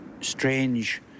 strange